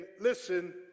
listen